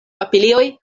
papilioj